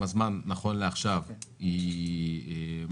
לכמה זמן נכון לעכשיו היא משקיעה,